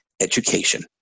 education